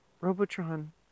Robotron